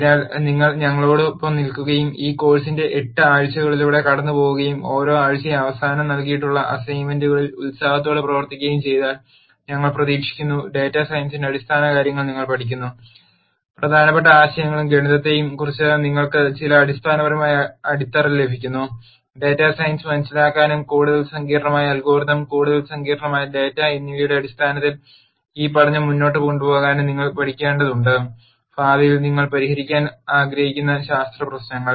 അതിനാൽ നിങ്ങൾ ഞങ്ങളോടൊപ്പം നിൽക്കുകയും ഈ കോഴ് സിന്റെ എട്ട് ആഴ്ചകളിലൂടെ കടന്നുപോകുകയും ഓരോ ആഴ്ചയും അവസാനം നൽകിയിട്ടുള്ള അസൈൻമെന്റുകളിൽ ഉത്സാഹത്തോടെ പ്രവർത്തിക്കുകയും ചെയ്താൽ ഞങ്ങൾ പ്രതീക്ഷിക്കുന്നു ഡാറ്റാ സയൻസിന്റെ അടിസ്ഥാനകാര്യങ്ങൾ നിങ്ങൾ പഠിക്കുന്നു പ്രധാനപ്പെട്ട ആശയങ്ങളെയും ഗണിതത്തെയും കുറിച്ച് നിങ്ങൾക്ക് ചില അടിസ്ഥാനപരമായ അടിത്തറ ലഭിക്കുന്നു ഡാറ്റാ സയൻസ് മനസിലാക്കാനും കൂടുതൽ സങ്കീർണ്ണമായ അൽ ഗോരിതം കൂടുതൽ സങ്കീർണ്ണമായ ഡാറ്റ എന്നിവയുടെ അടിസ്ഥാനത്തിൽ ഈ പഠനം മുന്നോട്ട് കൊണ്ടുപോകാനും നിങ്ങൾ പഠിക്കേണ്ടതുണ്ട് ഭാവിയിൽ നിങ്ങൾ പരിഹരിക്കാൻ ആഗ്രഹിക്കുന്ന ശാസ്ത്ര പ്രശ്നങ്ങൾ